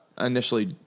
initially